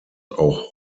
auch